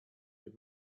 you